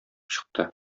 чыкты